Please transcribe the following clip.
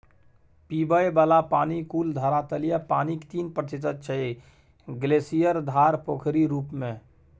पीबय बला पानि कुल धरातलीय पानिक तीन प्रतिशत छै ग्लासियर, धार, पोखरिक रुप मे